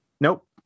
Nope